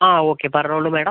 ആ ഓക്കെ പറഞ്ഞോളൂ മാഡം